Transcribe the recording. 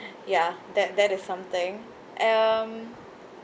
ya that that is something um